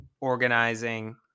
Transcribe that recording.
Organizing